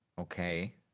Okay